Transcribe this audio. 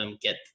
get